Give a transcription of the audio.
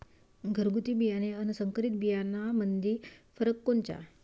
घरगुती बियाणे अन संकरीत बियाणामंदी फरक कोनचा?